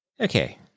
Okay